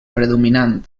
predominant